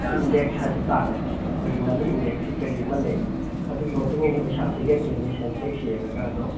index ꯍꯥꯏꯕ ꯇꯥꯔꯦ ꯑꯩꯈꯣꯏꯒꯤ ꯃꯅꯤ ꯏꯟꯗꯦꯛꯁꯀꯤ ꯀꯔꯤ ꯑꯃ ꯂꯩ ꯑꯗꯨꯒꯤ ꯃꯇꯨꯡ ꯏꯟꯅ ꯄꯩꯁꯥꯁꯤ ꯂꯦꯞꯇꯣꯏꯅꯤ ꯁꯦꯟꯁꯦꯛꯁ ꯌꯦꯡꯉꯒ ꯑꯗꯣ